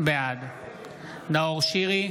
בעד נאור שירי,